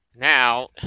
Now